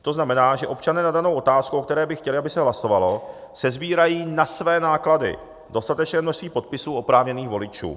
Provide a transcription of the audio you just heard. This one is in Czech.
To znamená, že občané na danou otázku, o které by chtěli, aby se hlasovalo, sesbírají na své náklady dostatečné množství podpisů oprávněných voličů.